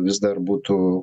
vis dar būtų